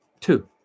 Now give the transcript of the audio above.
two